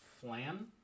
Flan